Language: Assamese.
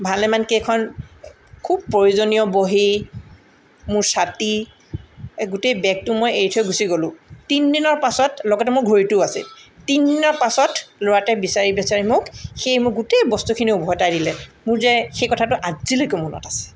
ভালেমানকেইখন খুব প্ৰয়োজনীয় বহী মোৰ ছাতি এই গোটেই বেগটো মই এৰি থৈ গুচি গ'লো তিনিদিনৰ পাছত লগতে মোৰ ঘড়ীটোও আছিল তিনিদিনৰ পাছত ল'ৰাটোৱে বিচাৰি বিচাৰি মোক সি মোক গোটেই বস্তুখিনি উভতাই দিলে মোৰ যে সেই কথাটো আজিলৈকে মনত আছে